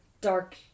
dark